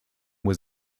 was